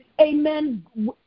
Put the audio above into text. amen